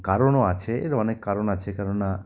কারণও আছে এর অনেক কারণ আছে কেননা